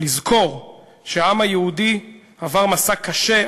לזכור שהעם היהודי עבר מסע קשה,